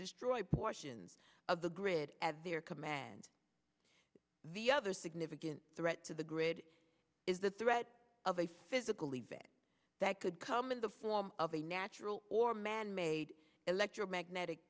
destroy portions of the grid at their command the other significant threat to the grid is the threat of a physical event that could come in the form of a natural or manmade electromagnetic